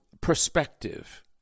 perspective